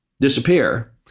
disappear